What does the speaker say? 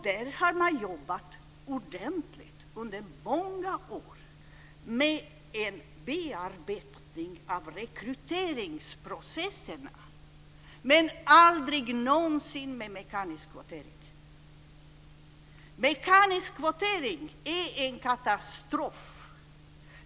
Där har man jobbat ordentligt under många år med en bearbetning av rekryteringsprocesserna, men aldrig någonsin med mekanisk kvotering. Mekanisk kvotering är en katastrof.